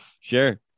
Sure